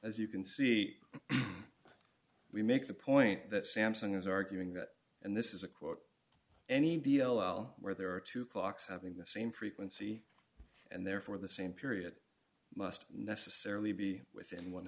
as you can see we make the point that samsung is arguing that and this is a quote any d l l where there are two clocks having the same frequency and therefore the same period must necessarily be within one